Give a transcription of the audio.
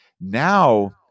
now